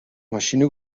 ماشینو